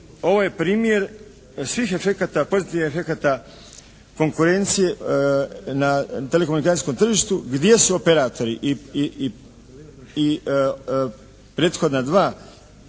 ovo je primjer svih efekata, pozitivnih efekata konkurencije na telekomunikacijskom tržištu gdje su operatori